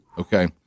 Okay